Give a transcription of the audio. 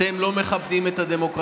אתם לא מכבדים את הדמוקרטיה,